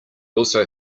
also